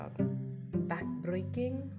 backbreaking